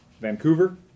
Vancouver